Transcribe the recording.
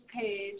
page